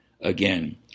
again